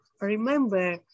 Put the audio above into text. Remember